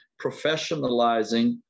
professionalizing